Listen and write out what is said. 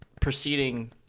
preceding